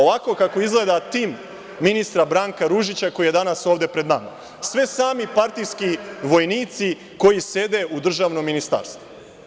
Ovako kako izgleda tim ministra Branka Ružića koji je danas ovde pred nama, sve sami partijski vojnici koji sede u državnom ministarstvu.